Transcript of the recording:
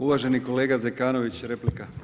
Uvaženi kolega Zekanović replika.